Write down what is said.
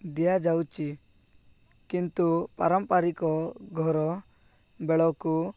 ଦିଆଯାଉଛି କିନ୍ତୁ ପାରମ୍ପାରିକ ଘର ବେଳକୁ